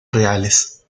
reales